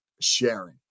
sharing